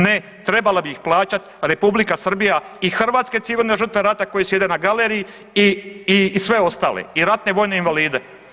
Ne trebala bi ih plaćati Republika Srba i hrvatske civilne žrtve rata koje sjede na galeriji i, i sve ostale i ratne vojne invalide.